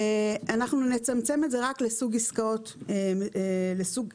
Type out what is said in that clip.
אנחנו נצמצם את זה רק לסוג עסקאות מסוים.